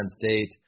State